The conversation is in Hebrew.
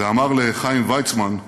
ואמר לחיים ויצמן: